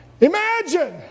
Imagine